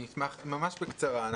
ממש בקצרה,